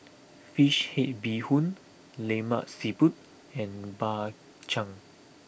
Fish Head Bee Hoon Lemak Siput and Bak Chang